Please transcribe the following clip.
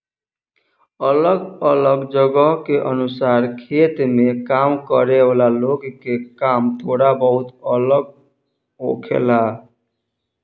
अलग अलग जगह के अनुसार खेत में काम करे वाला लोग के काम थोड़ा बहुत अलग होखेला